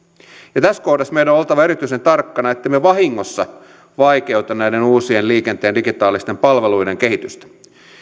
tässä kohdassa meidän on oltava erityisen tarkkana ettemme vahingossa vaikeuta näiden uusien liikenteen digitaalisten palveluiden kehitystä